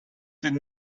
did